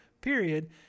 period